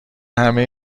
همه